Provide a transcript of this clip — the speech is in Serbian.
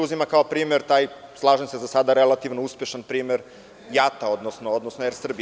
Uzima se kao primer taj, slažem se, za sada relativno uspešan primer JAT, odnosno Er Srbija.